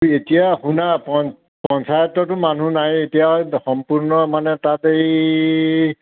এতিয়া শুনা পন পঞ্চায়ততো মানুহ নাই এতিয়া সম্পূৰ্ণ মানে তাত এই